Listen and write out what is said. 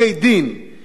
גם העליון וגם אחרים,